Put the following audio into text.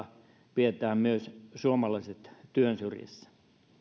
pidetään myös suomalaiset työn syrjässä